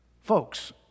folks